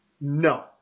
No